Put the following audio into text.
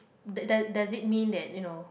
the does does it mean that you know